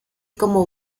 como